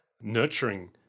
nurturing